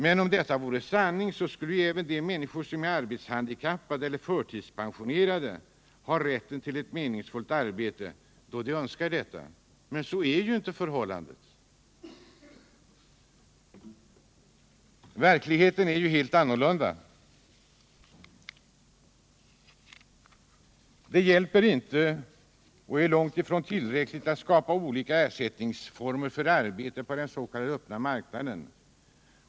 Men om detta vore sanning skulle ju även de människor som är arbetshandikappade eller förtidspensionerade ha rätten till ett meningsfullt arbete då de önskar detta. Men så är inte förhållandet. Verkligheten är helt annorlunda. Det hjälper inte, är i varje fall långt ifrån tillräckligt, att skapa olika ersättningsformer för arbete på den s.k. öppna marknaden.